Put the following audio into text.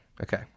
Okay